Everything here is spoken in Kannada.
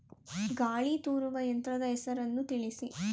ಗಾಳಿ ತೂರುವ ಯಂತ್ರದ ಹೆಸರನ್ನು ತಿಳಿಸಿ?